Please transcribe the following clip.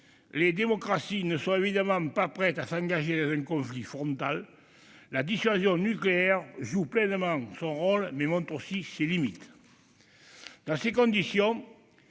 Les démocraties ne sont évidemment pas prêtes à s'engager dans un conflit frontal. La dissuasion nucléaire joue pleinement son rôle, mais montre aussi ses limites. Dans ces conditions,